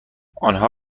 آنها